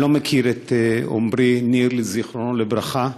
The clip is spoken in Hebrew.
אני לא מכיר את עמרי ניר, זיכרונו לברכה,